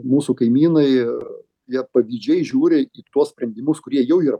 mūsų kaimynai jie pavydžiai žiūri į tuos sprendimus kurie jau yra